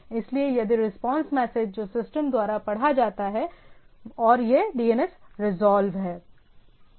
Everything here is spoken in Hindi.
इसलिए यदि रिस्पांस मैसेज जो सिस्टम द्वारा पढ़ा जाता है और यह DNS रिजॉल्व है